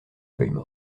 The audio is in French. feuilles